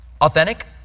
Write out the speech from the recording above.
authentic